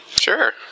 Sure